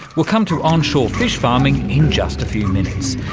we'll come to on-shore fish farming in just a few minutes,